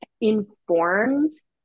informs